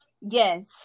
Yes